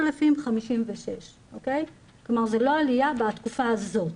3,056. כלומר זו לא עליה בתקופה הזאת.